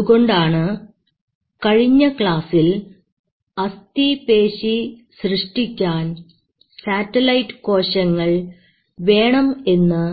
അതുകൊണ്ടാണ് കഴിഞ്ഞ ക്ലാസ്സിൽ അസ്ഥിപേശി സൃഷ്ടിക്കാൻ സാറ്റലൈറ്റ് കോശങ്ങൾ വേണം എന്ന്